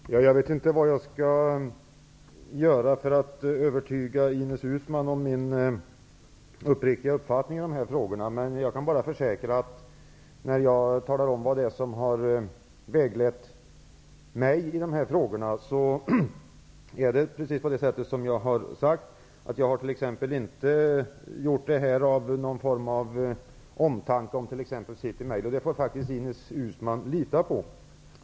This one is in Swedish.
Fru talman! Jag vet inte vad jag skall göra för att övertyga Ines Uusmann om min uppriktiga uppfattning i dessa frågor, men jag kan bara försäkra att det när jag talar om vad som har väglett mig är precis så som jag har sagt. Jag har t.ex. inte utgått från någon form av omtanke om City Mail. Det får faktiskt Ines Uusmann lita på.